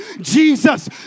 jesus